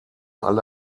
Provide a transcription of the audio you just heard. alle